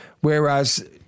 Whereas